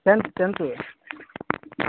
tenth tenth